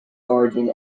origin